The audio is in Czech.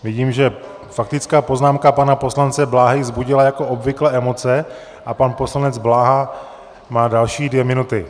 Vidím, že faktická poznámka pana poslance Bláhy vzbudila jako obvykle emoce a pan poslanec Bláha má další dvě minuty.